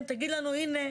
תגיד לנו 'הנה,